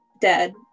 dead